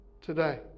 today